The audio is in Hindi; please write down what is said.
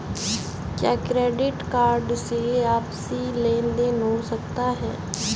क्या क्रेडिट कार्ड से आपसी लेनदेन हो सकता है?